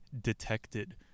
detected